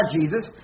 Jesus